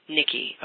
Nikki